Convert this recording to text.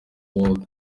world